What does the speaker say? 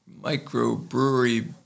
microbrewery